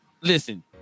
listen